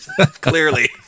Clearly